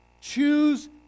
Choose